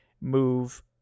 move